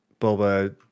Boba